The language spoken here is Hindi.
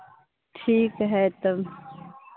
ठीक है तब